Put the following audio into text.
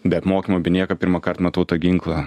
be apmokymų be nieko pirmąkart matau tą ginklą